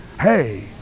hey